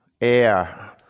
Air